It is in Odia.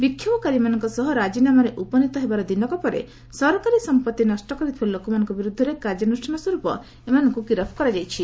ବିକ୍ଷୋଭକାରୀମାନଙ୍କ ସହ ରାଜିନାମାରେ ଉପନୀତି ହେବାର ଦିନକ ପରେ ସରକାରୀ ସମ୍ପତ୍ତି ନଷ୍ଟ କରିଥିବା ଲୋକମାନଙ୍କ ବିରୁଦ୍ଧରେ କାର୍ଯ୍ୟାନୁଷ୍ଠାନ ସ୍ୱରୂପ ଏମାନଙ୍କୁ ଗିରଫ୍ କରାଯାଇଛି